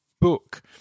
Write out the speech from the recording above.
book